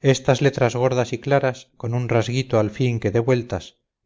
estas letras gordas y claras con un rasguito al fin que dé vueltas